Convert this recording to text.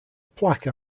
plaque